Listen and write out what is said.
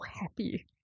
happy